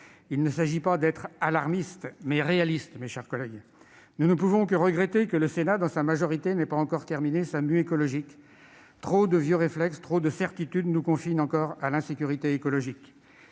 il ne s'agit d'être non pas alarmistes, mais réalistes. Nous ne pouvons que regretter que le Sénat, dans sa majorité, n'ait pas encore terminé sa mue écologique. Trop de vieux réflexes, trop de certitudes nous confinent encore à l'insécurité écologique.